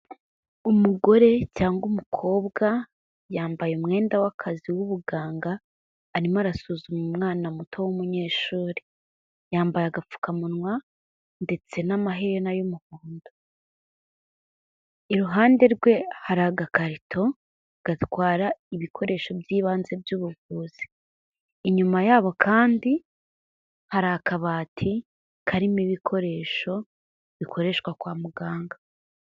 Umugore cyangwa umukobwa yambaye umwenda w'akazi w'ubuganga, arimo arasuzuma umwana muto w'umunyeshuri, yambaye agapfukamunwa ndetse n'amaherena y'umuhondo, iruhande rwe hari agakarito gatwara ibikoresho byi'ibanze by'ubuvuzi, inyuma yabo kandi hari akabati karimo ibikoresho bikoreshwa kwa muganga.